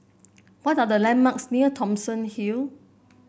what are the landmarks near Thomson Hill